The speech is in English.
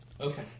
Okay